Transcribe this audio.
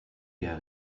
der